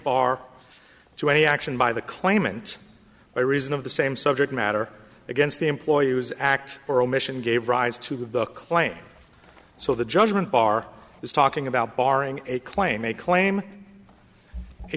bar to any action by the claimant by reason of the same subject matter against the employers act or omission gave rise to the claim so the judgment bar is talking about barring a claim a claim